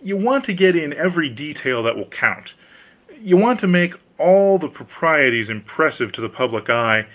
you want to get in every detail that will count you want to make all the properties impressive to the public eye